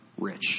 rich